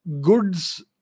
goods